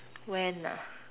when